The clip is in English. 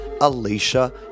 Alicia